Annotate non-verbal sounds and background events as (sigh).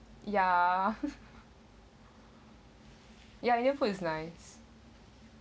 ya (laughs) ya viet food is nice